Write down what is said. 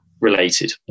related